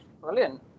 brilliant